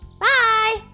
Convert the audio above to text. Bye